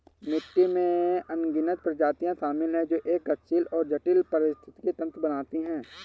मिट्टी में अनगिनत प्रजातियां शामिल हैं जो एक गतिशील और जटिल पारिस्थितिकी तंत्र बनाती हैं